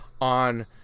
on